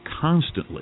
constantly